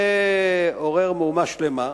זה עורר מהומה שלמה,